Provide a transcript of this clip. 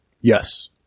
Yes